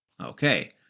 Okay